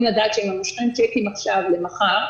לדעת שאם הם מושכים צ'קים עכשיו למחר,